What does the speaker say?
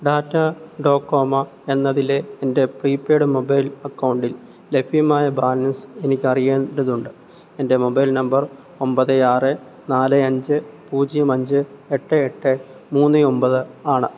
data Docomo എന്നതിലെ എൻ്റെ prepaid mobile അക്കൗണ്ടിൽ ലഭ്യമായ ബാലൻസ് എനിക്കറിയേണ്ടതുണ്ട് എൻ്റെ മൊബൈൽ നമ്പർ ഒൻപത് ആറ് നാല് അഞ്ച് പൂജ്യം അഞ്ച് എട്ട് എട്ട് മൂന്ന് ഒൻപത് ആണ്